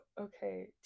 okay